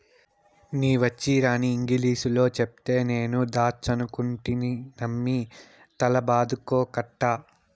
నీ వచ్చీరాని ఇంగిలీసులో చెప్తే నేను దాచ్చనుకుంటినమ్మి తల బాదుకోకట్టా